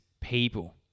people